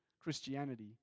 Christianity